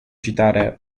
citare